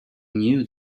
knew